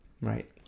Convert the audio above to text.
Right